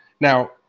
Now